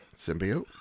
Symbiote